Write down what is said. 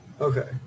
Okay